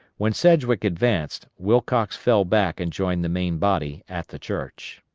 when sedgwick advanced wilcox fell back and joined the main body at the church.